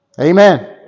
Amen